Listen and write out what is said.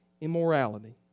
immorality